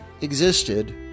existed